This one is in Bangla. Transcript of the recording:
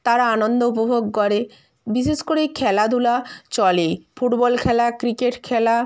তারা আনন্দ উপভোগ করে বিশেষ করে এই খেলাধূলা চলে ফুটবল খেলা ক্রিকেট খেলা